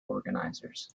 organizers